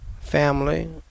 family